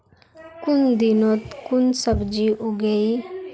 कुन दिनोत कुन सब्जी उगेई?